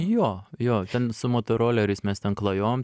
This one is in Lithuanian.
jo jo ten su motoroleriais mes ten klajojom